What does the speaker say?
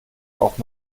auch